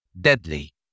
deadly